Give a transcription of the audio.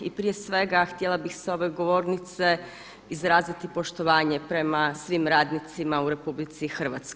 I prije svega htjela bih s ove govornice izraziti poštovanje prema svim radnicima u RH.